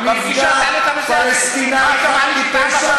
לפי דעתי הוא נותן תשובה,